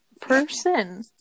person